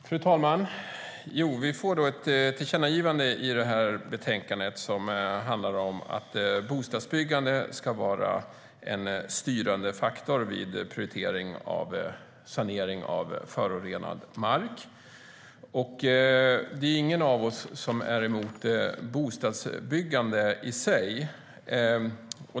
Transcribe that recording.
Fru talman! Det finns ett tillkännagivande i betänkandet som handlar om att bostadsbyggande ska vara en styrande faktor vid prioritering av sanering av förorenad mark. Ingen av oss är emot bostadsbyggande i sig.